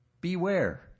Beware